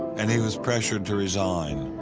and he was pressured to resign.